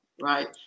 right